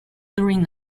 during